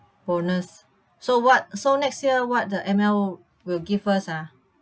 bonus so what so next year what the M_L will give us ah